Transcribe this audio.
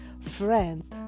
friends